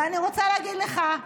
אני רוצה להגיד לך,